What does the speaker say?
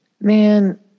Man